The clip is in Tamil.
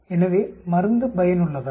எனவே மருந்து பயனுள்ளதா